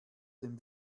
dem